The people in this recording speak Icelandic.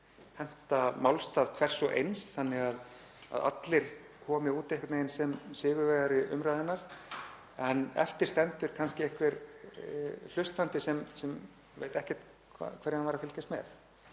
henta málstað hvers og eins þannig að allir komi einhvern veginn út sem sigurvegari umræðunnar en eftir stendur kannski einhver hlustandi sem veit ekkert hverju hann var að fylgjast með,